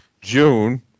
June